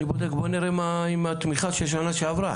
בוא נראה מה עם התמיכה של שנה שעברה,